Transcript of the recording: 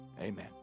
Amen